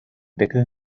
deckel